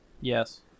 Yes